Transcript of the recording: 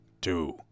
Two